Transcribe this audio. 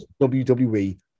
WWE